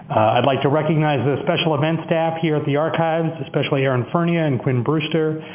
i'd like to recognize the special events staff here at the archives, especially erin furnia and quinn brewster,